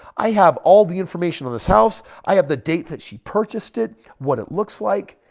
i have all the information on this house. i have the date that she purchased it. what it looks like.